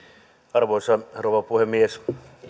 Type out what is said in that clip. arvoisa rouva puhemies